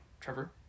Trevor